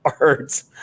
arts